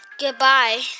Goodbye